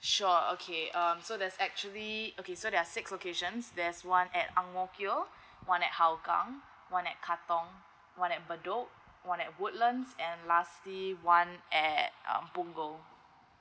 sure okay um so there's actually okay so there are six locations there's one at ang mo kio one at hougang one at kathong one at bedok one at woodlands and lastly one at uh punggol